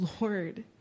Lord